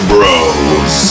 Bros